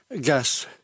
gas